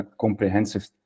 comprehensive